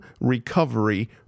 recovery